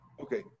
Okay